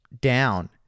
down